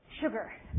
Sugar